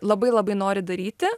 labai labai nori daryti